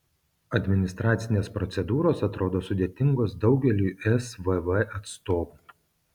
administracinės procedūros atrodo sudėtingos daugeliui svv atstovų